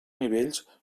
nivells